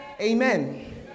Amen